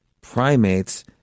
primates